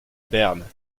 berne